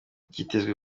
byitezwe